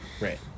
Right